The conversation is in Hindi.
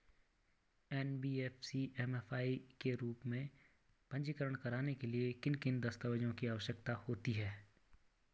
एन.बी.एफ.सी एम.एफ.आई के रूप में पंजीकृत कराने के लिए किन किन दस्तावेज़ों की आवश्यकता होती है?